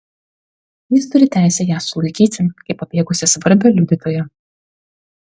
jis turi teisę ją sulaikyti kaip pabėgusią svarbią liudytoją